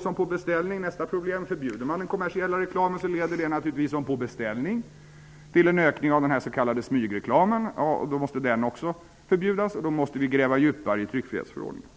Som på beställning kommer nästa problem. Förbjuder man den kommersiella reklamen leder det naturligtvis till en ökning av den s.k. smygreklamen. Då måste den också förbjudas, och då måste vi gräva djupare i tryckfrihetsförordningen.